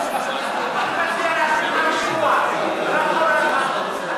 ביטול עמלות על שירותים בסיסיים בחשבון עובר ושב),